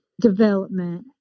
development